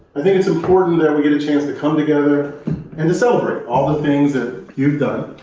i think it's important that we get a chance to come together and to celebrate all the things that you've done.